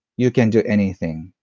you can do anything.